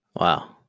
Wow